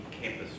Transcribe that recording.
campus